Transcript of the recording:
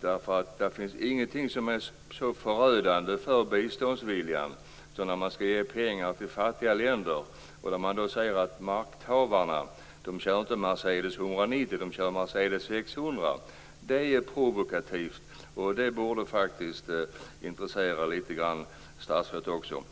därför att det finns ingenting som är så förödande för biståndsviljan som att ge pengar till fattiga länder när man ser att makthavarna inte kör Mercedes 190 utan Mercedes 600. Det är provokativt, och det borde faktiskt intressera statsrådet litet grand också.